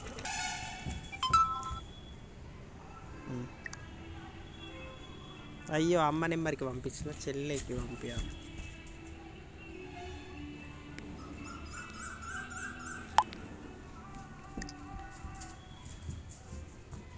Utility బిల్లులు ఏవి పరిగణించబడతాయి?